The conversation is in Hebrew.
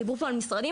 דיברו פה על משרדים,